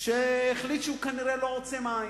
שהחליט כנראה שהוא לא עוצם עין,